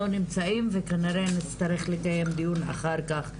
לא נמצאים ננהל דיון אחר כך,